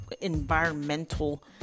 environmental